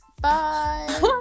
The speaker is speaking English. Bye